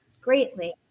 greatly